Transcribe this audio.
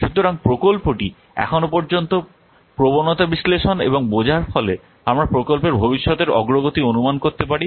সুতরাং প্রকল্পটি এখনও পর্যন্ত প্রবণতা বিশ্লেষণ এবং বোঝার ফলে আমরা প্রকল্পের ভবিষ্যতের অগ্রগতি অনুমান করতে পারি